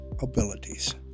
abilities